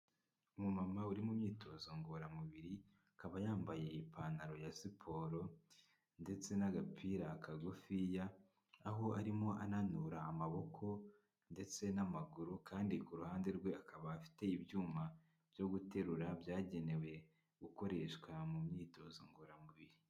Umumama uri mu myitozo ngororamubiri, akaba yambaye ipantaro ya siporo ndetse n'agapira kagufiya, aho arimo ananura amaboko ndetse n'amaguru kandi ku ruhande rwe, akaba afite ibyuma byo guterura, byagenewe gukoreshwa mu myitozo ngororamubiri.